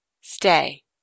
Stay